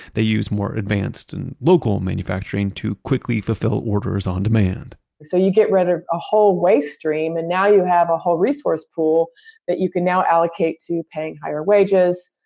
they use more advanced and local manufacturing to quickly fulfill orders on demand so you get rid of ah a whole waste stream and now you have a whole resource pool that you can now allocate to paying higher wages.